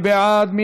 מי בעד?